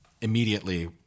immediately